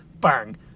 Bang